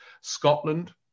Scotland